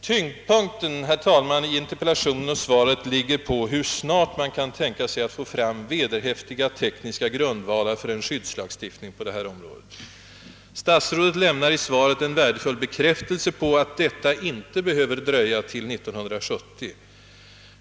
Tyngdpunkten, herr talman, i interpellationen och svaret ligger på hur snart man kan tänka sig att få fram vederhäftiga tekniska grundvalar för en skyddslagstiftning på deiwia område. Statsrådet lämnar i svaret en värdefull bekräftelse på att detta inte behöver dröja till 1970.